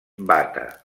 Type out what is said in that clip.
bata